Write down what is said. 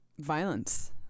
violence